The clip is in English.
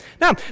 Now